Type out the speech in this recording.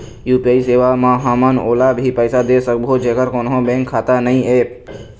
UPI सेवा म हमन ओला भी पैसा दे सकबो जेकर कोन्हो बैंक खाता नई ऐप?